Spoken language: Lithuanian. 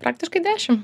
praktiškai dešim